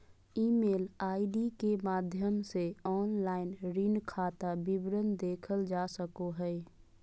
email ID के माध्यम से ऑनलाइन ऋण खाता विवरण देखल जा सको हय